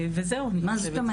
וזהו אני חושבת.